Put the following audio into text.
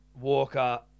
Walker